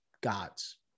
gods